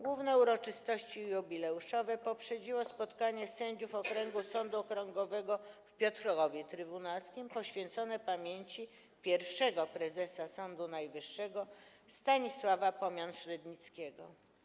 Główne uroczystości jubileuszowe poprzedziło spotkanie sędziów okręgu Sądu Okręgowego w Piotrkowie Trybunalskim poświęcone pamięci pierwszego prezesa Sądu Najwyższego Stanisława Pomian-Srzednickiego.